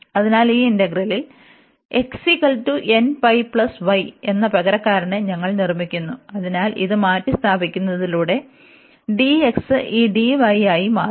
അതിനാൽ ഈ ഇന്റഗ്രലിൽ എന്ന പകരക്കാരനെ ഞങ്ങൾ നിർമ്മിക്കുന്നു അതിനാൽ ഇത് മാറ്റിസ്ഥാപിക്കുന്നതിലൂടെ dx ഈ dy ആയി മാറും